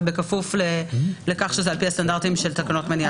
אבל נגיד שזה בכפוף לכך שזה לפי הסטנדרטים של תקנות מניעת מפגעים,